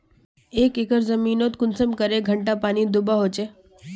एक एकर जमीन नोत कुंसम करे घंटा पानी दुबा होचए?